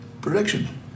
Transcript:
prediction